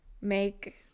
make